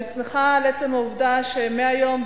אני שמחה על עצם העובדה שמהיום,